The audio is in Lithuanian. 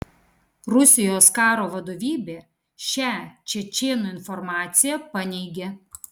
rusijos karo vadovybė šią čečėnų informaciją paneigė